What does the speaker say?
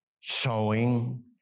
sewing